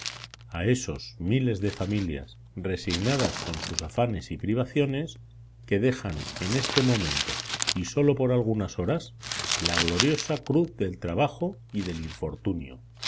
a esos miles de familias resignadas con sus afanes y privaciones que dejan en este momento y sólo por algunas horas la gloriosa cruz del trabajo y del infortunio